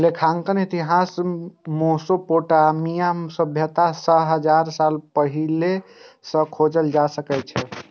लेखांकनक इतिहास मोसोपोटामिया सभ्यता सं हजार साल पहिने सं खोजल जा सकै छै